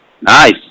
Nice